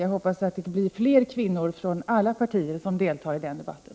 Jag hoppas att det då blir fler kvinnor, från alla partier, som deltar i debatten.